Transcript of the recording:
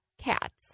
cats